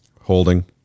Holding